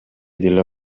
деле